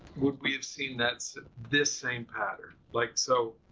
would we have seen that's this same pattern? like, so,